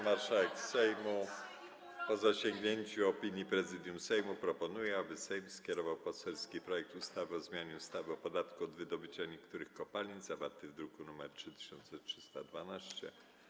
Marszałek Sejmu, po zasięgnięciu opinii Prezydium Sejmu, proponuje, aby Sejm skierował poselski projekt ustawy o zmianie ustawy o podatku od wydobycia niektórych kopalin, zawarty w druku nr 3312.